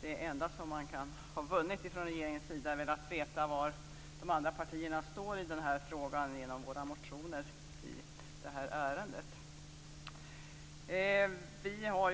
Det enda som man från regeringens sida kan ha vunnit är väl att man genom våra motioner i ärendet vet var de andra partierna står i frågan.